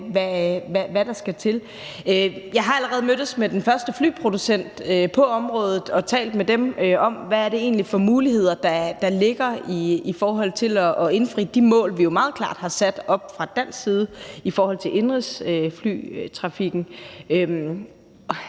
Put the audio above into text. hvad der skal til. Jeg har allerede mødtes med den første flyproducent på området og talt med dem om, hvad det egentlig er for muligheder, der ligger i forhold til at indfri de mål, vi jo meget klart har sat fra dansk side med hensyn til indenrigsflytrafikken.